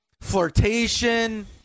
flirtation